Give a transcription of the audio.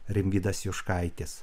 rimvydas juškaitis